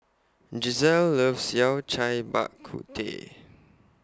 Giselle loves Yao Cai Bak Kut Teh